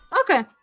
Okay